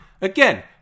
Again